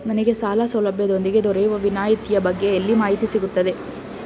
ನನಗೆ ಸಾಲ ಸೌಲಭ್ಯದೊಂದಿಗೆ ದೊರೆಯುವ ವಿನಾಯತಿಯ ಬಗ್ಗೆ ಎಲ್ಲಿ ಮಾಹಿತಿ ಸಿಗುತ್ತದೆ?